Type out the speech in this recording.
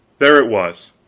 there it was,